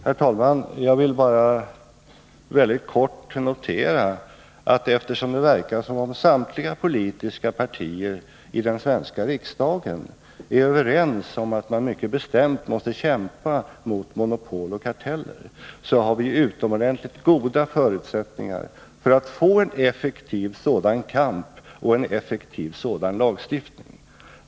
Herr talman! Jag vill bara mycket kort notera att eftersom det nu verkar som om samtliga politiska partier i den svenska riksdagen är överens om att man mycket bestämt måste kämpa mot monopol och karteller, har vi utomordentligt goda förutsättningar att få en effektiv sådan kamp och en effektiv sådan lagstiftning.